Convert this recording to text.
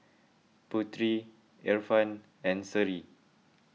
Putri Irfan and Seri